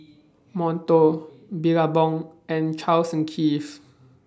Monto Billabong and Charles and Keith